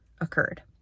occurred